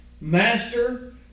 Master